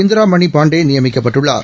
இந்திராமணிபாண்டேநியமிக்கப்பட்டுள்ளார்